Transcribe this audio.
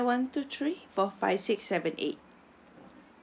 okay nine one two three four five six seven eight